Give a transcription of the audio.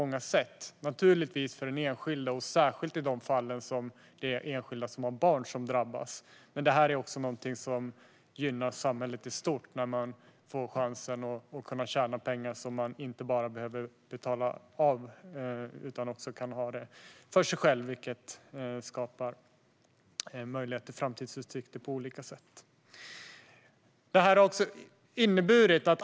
Det är naturligtvis viktigt för den enskilde, särskilt i de fall då den enskilde har barn som drabbas, men det gynnar också samhället i stort när man får chansen att tjäna pengar som man inte bara behöver betala av med utan också kan ha för sig själv. Det skapar möjligheter till framtidsutsikter på olika sätt.